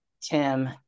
Tim